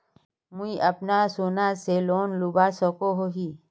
मुई अपना सोना से लोन लुबा सकोहो ही?